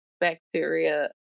bacteria